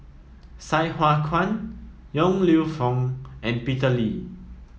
Sai Hua Kuan Yong Lew Foong and Peter Lee